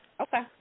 Okay